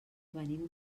venim